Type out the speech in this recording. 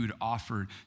offered